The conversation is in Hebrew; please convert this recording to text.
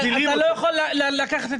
תן לי להשלים.